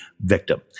victim